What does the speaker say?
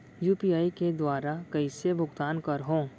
UPI के दुवारा कइसे भुगतान करहों?